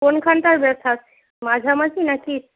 কোনখানটার ব্যথা মাঝামাঝি না কি